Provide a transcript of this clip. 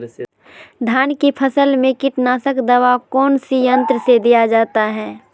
धान की फसल में कीटनाशक दवा कौन सी यंत्र से दिया जाता है?